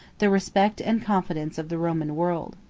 the respect and confidence of the roman world.